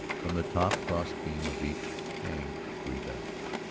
from the top cross-beam of each hang three bells.